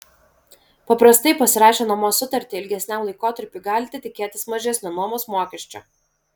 paprastai pasirašę nuomos sutartį ilgesniam laikotarpiui galite tikėtis mažesnio nuomos mokesčio